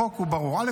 א.